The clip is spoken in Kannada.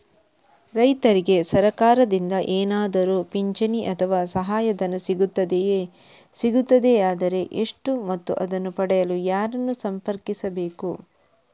ರೈತರಿಗೆ ಸರಕಾರದಿಂದ ಏನಾದರೂ ಪಿಂಚಣಿ ಅಥವಾ ಸಹಾಯಧನ ಸಿಗುತ್ತದೆಯೇ, ಸಿಗುತ್ತದೆಯಾದರೆ ಎಷ್ಟು ಮತ್ತು ಅದನ್ನು ಪಡೆಯಲು ಯಾರನ್ನು ಸಂಪರ್ಕಿಸಬೇಕು?